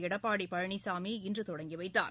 எடப்பாடி பழனிசாமி இன்று தொடங்கி வைத்தார்